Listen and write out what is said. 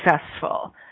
successful